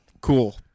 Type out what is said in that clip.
Cool